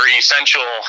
essential